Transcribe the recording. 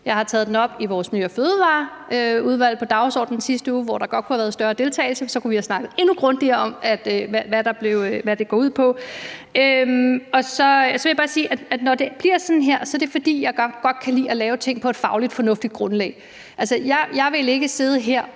Jeg har taget det op i vores Miljø- og Fødevareudvalg, hvor det var på dagsordenen i sidste uge. Der kunne godt have været større deltagelse, for så kunne vi have snakket endnu grundigere om, hvad det går ud på. Så vil jeg bare sige, at når det bliver sådan her, er det, fordi jeg godt kan lide at lave ting på et fagligt, fornuftigt grundlag. Altså, jeg vil ikke sidde her